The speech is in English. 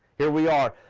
here we are,